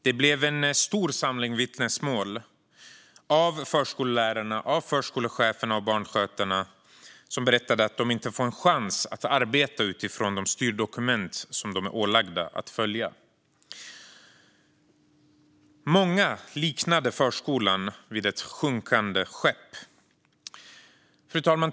Det blev en stor samling vittnesmål av förskollärare, förskolechefer och barnskötare, som berättade att de inte får en chans att arbeta utifrån de styrdokument som de är ålagda att följa. Många liknade förskolan vid ett sjunkande skepp. Fru talman!